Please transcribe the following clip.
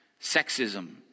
sexism